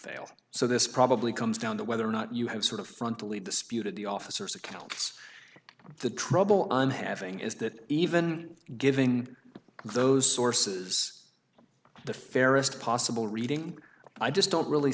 fail so this probably comes down to whether or not you have sort of frontally disputed the officers accounts the trouble on having is that even giving those sources the fairest possible reading i just don't really